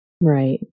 Right